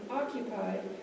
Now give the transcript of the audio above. Occupied